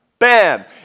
Bam